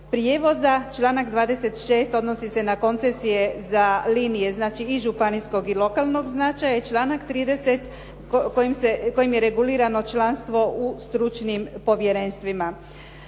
prijevoza, članak 26. odnosi se na koncesije za linije i županijskog i lokalnog značaja i članak 30. kojim je regulirano članstvo u stručnim povjerenstvima.